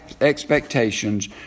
expectations